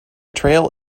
trail